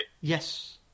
Yes